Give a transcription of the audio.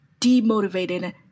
demotivated